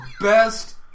best